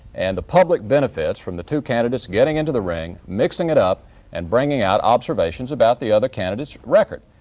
and the public benefits from the two candidates getting into the ring, mixing it up and bringing out observations about the other candidate's record.